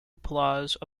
applause